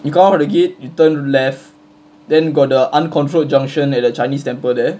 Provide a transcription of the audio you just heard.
you come out of the gate you turn left then got the uncontrolled junction at the chinese temple there